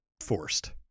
forced